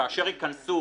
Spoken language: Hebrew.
כאשר ייכנסו